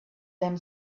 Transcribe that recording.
them